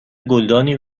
گلدانی